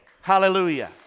Hallelujah